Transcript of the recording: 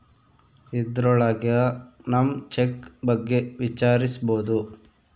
ಇದ್ರೊಳಗ ನಮ್ ಚೆಕ್ ಬಗ್ಗೆ ವಿಚಾರಿಸ್ಬೋದು